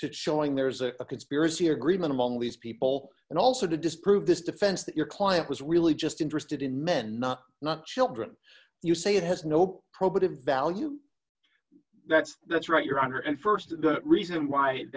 to showing there's a conspiracy agreement among these people and also to disprove this defense that your client was really just interested in men not not children you say it has no probative value that's that's right your honor and st the reason why